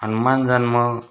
हनुमान जल्म